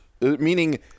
Meaning